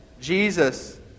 Jesus